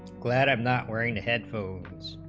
um not wearing headphones,